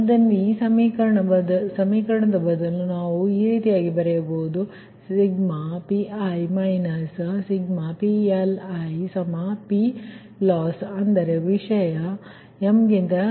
ಆದ್ದರಿಂದ ಈ ಸಮೀಕರಣದ ಬದಲು ನಾವು ಈ ರೀತಿ ಬರೆಯಬಹುದು i1mPgi i1nPLiPloss ಅಂದರೆ ವಿಷಯ m